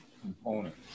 component